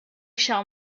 shall